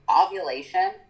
Ovulation